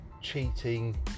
cheating